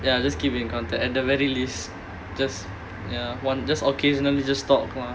ya just keep in contact at the very least just ya one just occasionally just talk lah